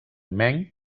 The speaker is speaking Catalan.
main